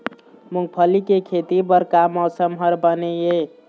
मूंगफली के खेती बर का मौसम हर बने ये?